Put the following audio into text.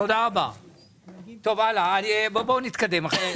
בואו נתקדם.